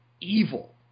evil